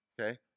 Okay